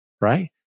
right